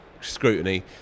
scrutiny